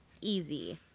easy